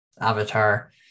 avatar